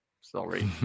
Sorry